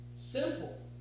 Simple